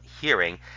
hearing